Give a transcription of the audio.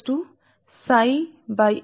కాబట్టి ఇది linear magnetic circuit